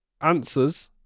answers